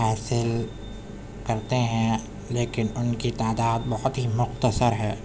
حاصل کرتے ہیں لیکن ان کی تعداد بہت ہی مختصر ہے